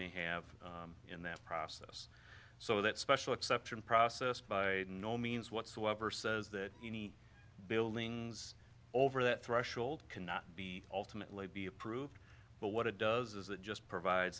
may have in that process so that special exception process by no means whatsoever says that any buildings over that threshold cannot be ultimately be approved but what it does is it just provides